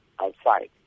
outside